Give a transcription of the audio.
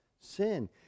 sin